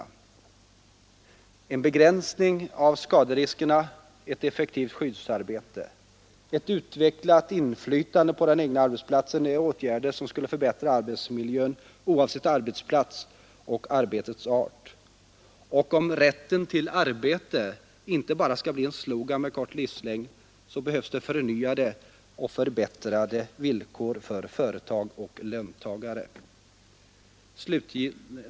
En 9 november 1972 begränsning av skaderiskerna, ett effektivt skyddsarbete och ett utvecklat inflytande på den egna arbetsplatsen är åtgärder som skulle förbättra arbetsmiljön, oavsett arbetsplats och arbetets art. Om rätten till arbete inte bara skall bli en slogan med kort livslängd, så behövs förnyade och förbättrade villkor för företag och löntagare.